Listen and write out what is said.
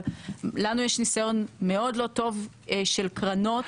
אבל לנו יש ניסיון מאוד לא טוב של קרנות